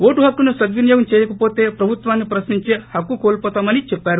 vote హక్కును సద్వినియోగం చేయకవోతే ప్రభుత్వాన్ని ప్రశ్నించే హక్కు కోల్పోతామని చెప్పారు